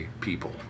people